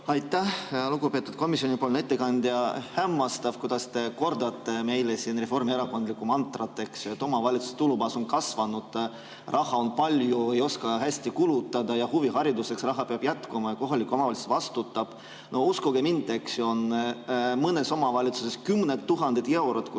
Aitäh! Lugupeetud komisjoni ettekandja! Hämmastav, kuidas te kordate meile siin reformierakondlikku mantrat, eks ju, et omavalitsuste tulubaas on kasvanud, raha on palju, ei oska hästi kulutada, huvihariduseks raha peab jätkuma ja kohalik omavalitsus vastutab. No uskuge mind, eks ju, on mõnes omavalitsuses kümned tuhanded eurod,